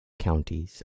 counties